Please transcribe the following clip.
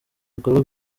bikorwa